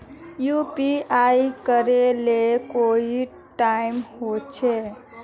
UPI करे ले कोई टाइम होचे?